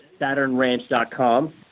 SaturnRanch.com